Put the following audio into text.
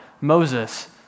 Moses